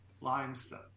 Limestone